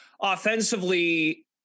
offensively